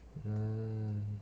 ah